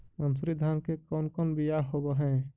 मनसूरी धान के कौन कौन बियाह होव हैं?